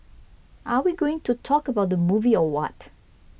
are we going to talk about the movie or what